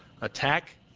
attack